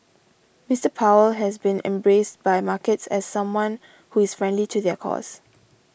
Mister Powell has been embraced by markets as someone who is friendly to their cause